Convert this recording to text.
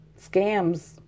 scams